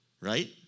right